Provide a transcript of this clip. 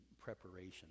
preparation